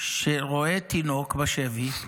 שרואה תינוק בשבי,